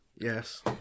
Yes